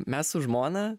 mes su žmona